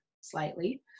slightly